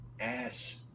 ass